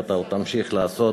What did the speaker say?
ואתה עוד תמשיך לעשות,